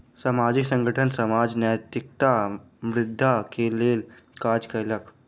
सामाजिक संगठन समाजक नैतिकता वृद्धि के लेल काज कयलक